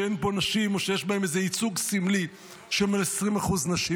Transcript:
שאין בהן נשים או שיש בהן איזה ייצוג סמלי של 20% נשים.